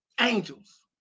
angels